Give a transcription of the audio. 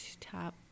top